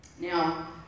Now